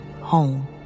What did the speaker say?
home